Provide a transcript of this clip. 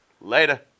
Later